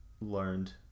learned